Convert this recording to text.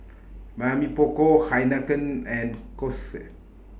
Mamy Poko Heinekein and Kose